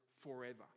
forever